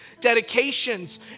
dedications